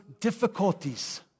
difficulties